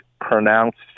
pronounced